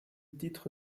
titre